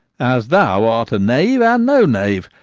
as thou art a knave and no knave.